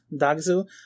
Dagzu